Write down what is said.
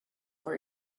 for